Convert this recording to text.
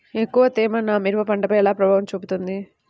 ఎక్కువ తేమ నా మిరప పంటపై ఎలా ప్రభావం చూపుతుంది?